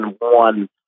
one